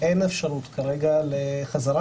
אין אפשרות כרגע לחזרה.